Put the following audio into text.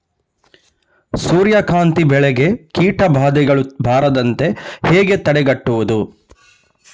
ಸೂರ್ಯಕಾಂತಿ ಬೆಳೆಗೆ ಕೀಟಬಾಧೆಗಳು ಬಾರದಂತೆ ಹೇಗೆ ತಡೆಗಟ್ಟುವುದು?